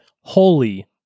holy